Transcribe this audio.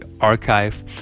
archive